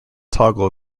toggle